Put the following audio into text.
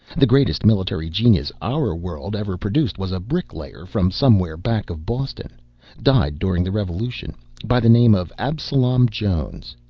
the greatest military genius our world ever produced was a brick-layer from somewhere back of boston died during the revolution by the name of absalom jones.